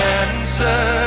answer